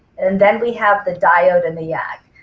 and then we have the diode and the yag.